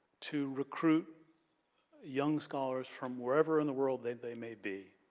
to recruit young scholars from wherever in the world they may be.